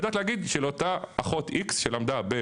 היא יודעת להגיד שאותה אחות X שלמדה בארה"ב,